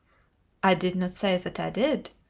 i did not say that i did,